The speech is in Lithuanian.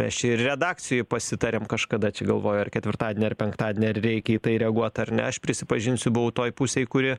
mes čia ir redakcijoj pasitarėm kažkada čia galvoju ar ketvirtadienį ar penktadienį ar reikia į tai reaguot ar ne aš prisipažinsiu buvau toje pusėje kuri